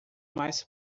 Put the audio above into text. mais